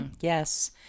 Yes